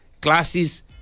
classes